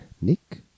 Nick